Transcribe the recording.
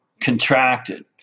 contracted